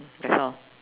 that's all